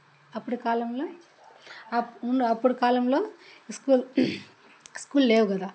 అప్పుడు కాలంలో అప్పుడు కాలంలో స్కూల్ లేవు కదా